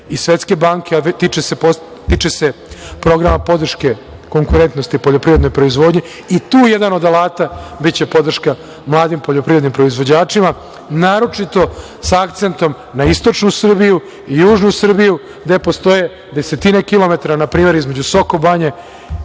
i Svetske banke, a tiče se programa podrške konkurentnosti poljoprivredne proizvodnje, i tu je jedan od alata biće podrška mladim poljoprivrednim proizvođačima, naročito sa akcentom na istočnu Srbiju, južnu Srbiju gde postoje desetine kilometara, na primer, između Soko Banje